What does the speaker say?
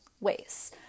ways